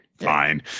fine